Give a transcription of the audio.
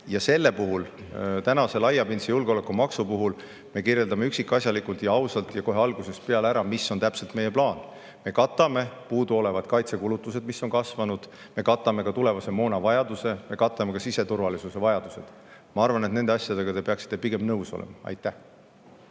sellisel kujul tuge. Laiapindse julgeolekumaksu puhul me kirjeldame üksikasjalikult ja ausalt ja kohe algusest peale ära, mis on täpselt meie plaan. Me katame kasvanud kaitsekulutuste jaoks puuduoleva raha, me katame ka tulevase moona vajaduse, me katame siseturvalisuse vajadused. Ma arvan, et nende asjadega te peaksite pigem nõus olema. Aitäh!